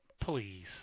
Please